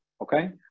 Okay